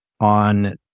on